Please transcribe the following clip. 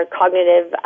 cognitive